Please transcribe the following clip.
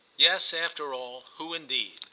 yes, after all, who indeed?